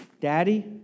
Daddy